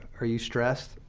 are you stressed,